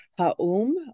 ha'um